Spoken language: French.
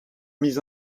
mis